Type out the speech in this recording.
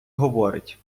говорить